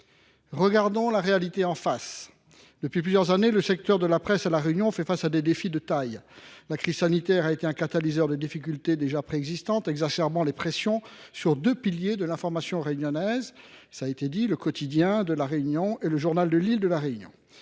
Regardons la réalité en face. Depuis plusieurs années, le secteur de la presse à La Réunion fait face à des défis de taille. La crise sanitaire a été un catalyseur de difficultés déjà préexistantes, exacerbant les pressions sur deux piliers de l’information réunionnaise, qui ont été cités : et. Ces journaux ancrés dans